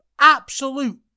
absolute